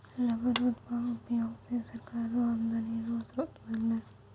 rubber रो उयोग से सरकार रो आमदनी रो स्रोत बरलै